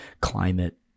climate